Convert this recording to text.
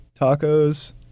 tacos